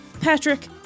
Patrick